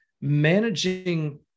managing